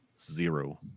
zero